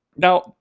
Now